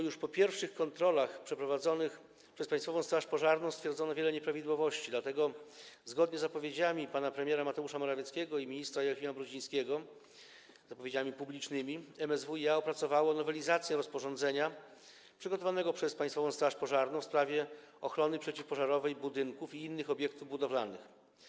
Już po pierwszych kontrolach przeprowadzonych przez Państwową Straż Pożarną stwierdzono wiele nieprawidłowości, dlatego zgodnie z zapowiedziami pana premiera Mateusza Morawieckiego i ministra Joachima Brudzińskiego, zapowiedziami publicznymi, MSWiA opracowało nowelizację rozporządzenia przygotowanego przez Państwową Straż Pożarną w sprawie ochrony przeciwpożarowej budynków i innych obiektów budowlanych.